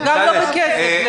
וגם לא בכסף.